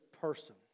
person